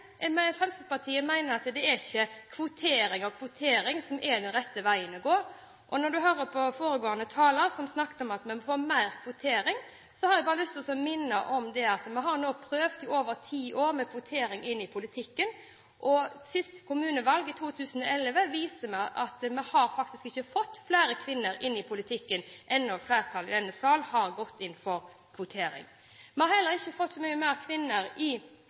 gå. Når man hører på foregående taler som snakket om at vi må få mer kvotering, har jeg bare lyst til å minne om at vi har nå prøvd i over ti år med kvotering inn i politikken. Siste kommunevalg, i 2011, viste oss at vi har faktisk ikke fått flere kvinner inn i politikken, enda flertallet i denne sal har gått inn for kvotering. Vi har heller ikke fått så mange flere kvinner i